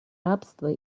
рабства